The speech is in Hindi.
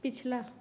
पिछला